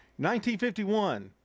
1951